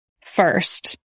first